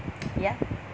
ya